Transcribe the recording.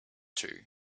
two